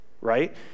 right